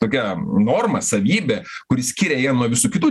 tokia norma savybė kuri skiria jiem nuo visų kitų